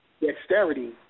dexterity